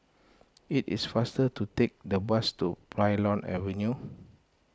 it is faster to take the bus to Plymouth Avenue